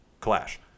clash